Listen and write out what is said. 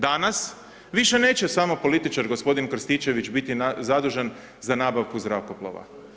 Danas više neće samo političar gospodin Krstičević biti zadužen za nabavku zrakoplova.